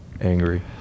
angry